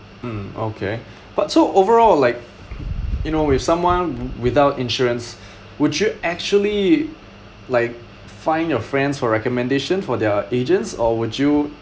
mm okay but so overall like you know if someone without insurance would you actually like find your friends for recommendations for their agents or would you